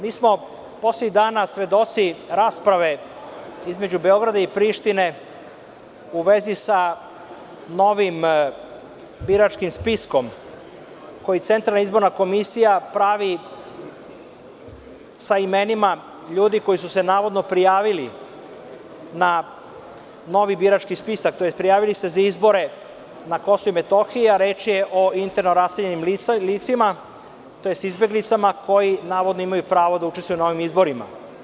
Mi smo poslednjih dana svedoci rasprave između Beograda i Prištine u vezi sa novim biračkim spiskom, koji Centralna izborna komisija pravi sa imenima ljudi koji su se navodno prijavili na novi birački spisak, tj. prijavili se za izbore na Kosovu i Metohiji, a reč je o interno raseljenim licima, tj. izbeglicama koji navodno imaju pravo da učestvuju na ovim izborima.